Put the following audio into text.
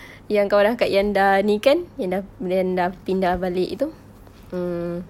yang kawan akak yang sudah ini kan yang sudah yang sudah pindah balik itu